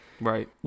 Right